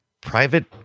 private